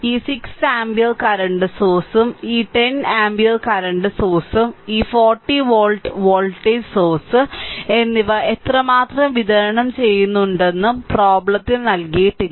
ഈ 6 ampere current source ഈ 10 ampere current source ഈ 40 വോൾട്ട് വോൾട്ടേജ് സോഴ്സ് എന്നിവ എത്രമാത്രം വിതരണം ചെയ്യുന്നുവെന്നതും പ്രോബ്ലെത്തിൽ നൽകിയിട്ടില്ല